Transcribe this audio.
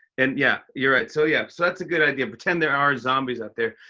and yeah, you're right. so, yeah, so that's a good idea. pretend there are zombies out there.